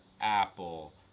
Apple